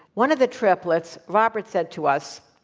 one of the triplets, robert, said to us,